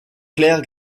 claire